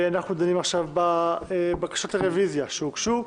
אנחנו דנים עכשיו בבקשות הרביזיה שהוגשו.